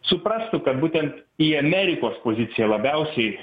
suprastų kad būtent į amerikos poziciją labiausiai